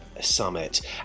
Summit